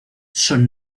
son